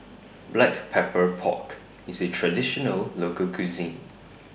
Black Pepper Pork IS A Traditional Local Cuisine